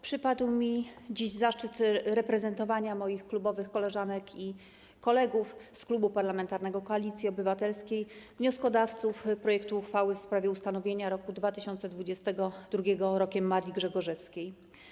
Przypadł mi dziś zaszczyt reprezentowania moich klubowych koleżanek i kolegów z Klubu Parlamentarnego Koalicja Obywatelska - wnioskodawców projektu uchwały w sprawie ustanowienia roku 2022 Rokiem Marii Grzegorzewskiej.